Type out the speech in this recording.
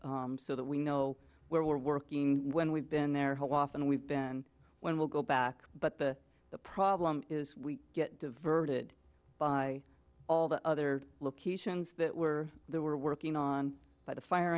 so that we know where we're working when we've been there how often we've been when we'll go back but the the problem is we get diverted by all the other locations that were there we're working on by the fire